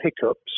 hiccups